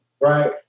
right